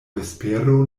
vespero